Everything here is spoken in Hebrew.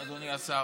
אדוני השר,